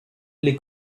les